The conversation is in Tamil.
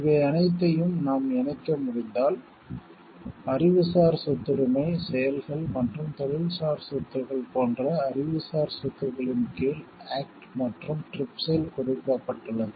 இவை அனைத்தையும் நாம் இணைக்க முடிந்தால் அறிவுசார் சொத்துரிமை செயல்கள் மற்றும் தொழில்சார் சொத்துக்கள் போன்ற அறிவுசார் சொத்துக்களின் கீழ் ஆக்ட் மற்றும் TRIPS இல் குறிப்பிடப்பட்டுள்ளது